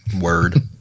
Word